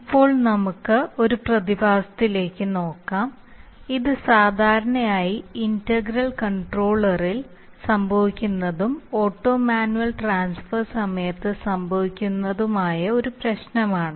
ഇപ്പോൾ നമുക്ക് ഒരു പ്രതിഭാസത്തിലേക്ക് നോക്കാം ഇത് സാധാരണയായി ഇന്റഗ്രൽ കൺട്രോളിൽ സംഭവിക്കുന്നതും ഓട്ടോ മാനുവൽ ട്രാൻസ്ഫർ സമയത്ത് സംഭവിക്കുന്നതുമായ ഒരു പ്രശ്നമാണ്